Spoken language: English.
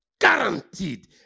guaranteed